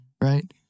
right